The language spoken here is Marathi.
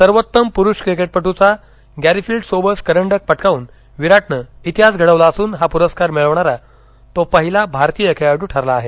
सर्वोत्तम प्रुष क्रिकेटपट्टचा गॅरीफिल्ड सोबर्स करंडक पटकाऊन विराटनं इतिहास घडवला असून हा पुरस्कार मिळवणारा तो पहिला भारतीय खेळाडू ठरला आहे